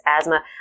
asthma